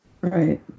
Right